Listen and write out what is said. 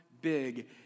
big